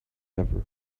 ever